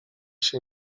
się